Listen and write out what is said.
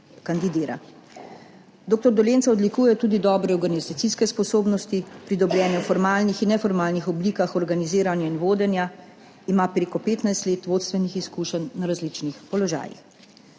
Dr. Dolenca odlikujejo tudi dobre organizacijske sposobnosti, pridobljene v formalnih in neformalnih oblikah organiziranja in vodenja, ima prek 15 let vodstvenih izkušenj na različnih položajih.